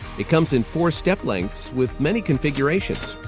it comes in four-step lengths with many configurations,